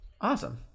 Awesome